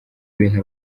bintu